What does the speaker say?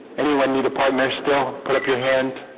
anyone need a partner still put up your hand